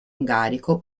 ungarico